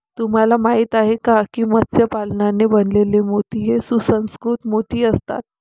तुम्हाला माहिती आहे का की मत्स्य पालनाने बनवलेले मोती हे सुसंस्कृत मोती असतात